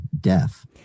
death